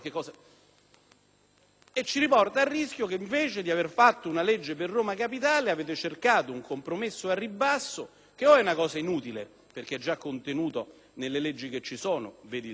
E pensiamo al rischio che, invece di aver fatto una legge per Roma capitale, avete cercato un compromesso al ribasso che o è inutile, perché è già contenuto nelle leggi esistenti (vedi il turismo, eccetera),